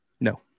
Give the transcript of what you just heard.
No